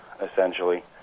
essentially